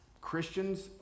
Christians